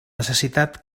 necessitat